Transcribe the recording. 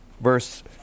verse